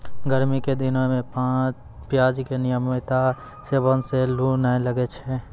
गर्मी के दिनों मॅ प्याज के नियमित सेवन सॅ लू नाय लागै छै